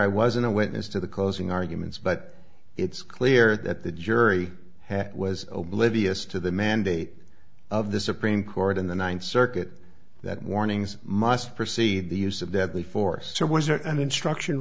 i wasn't a witness to the closing arguments but it's clear that the jury hat was oblivious to the mandate of the supreme court in the ninth circuit that warnings must precede the use of deadly force so was there an instruction